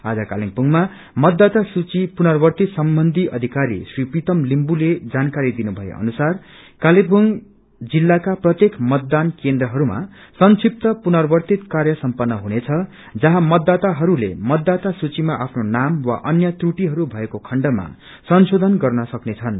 आज कालेवुङमा मतदाता सूचि पुनावर्तित सम्बन्धी अधिकारी री प्रितम लिम्पुले जानकारी दिनुभए अनुसार कालेबुङ जित्लाका प्रत्येक मतदान केन्द्रहरूमा संक्षिप्त पुनावर्तित काव्र्य समपन्न हुनेछ जाहाँ मतदाताहरूले मतदाता सूचिमा आफ्नो नाम वा अन्य त्रुटिहरू भएके खण्डमा संशोधन गर्न सक्नेछन्